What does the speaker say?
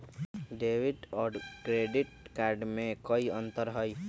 Debit और credit card में कई अंतर हई?